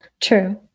True